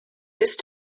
used